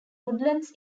woodlands